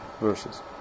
verses